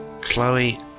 Chloe